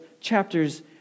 chapters